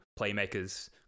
playmakers